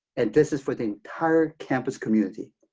and this is for the entire campus community.